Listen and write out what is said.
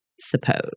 suppose